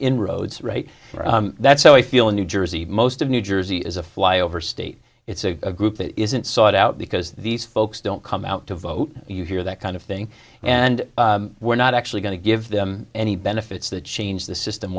inroads right that's how i feel in new jersey most of new jersey is a fly over state it's a group that isn't sought out because these folks don't come out to vote you hear that kind of thing and we're not actually going to give them any benefits that change the system